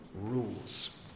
rules